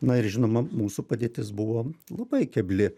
na ir žinoma mūsų padėtis buvo labai kebli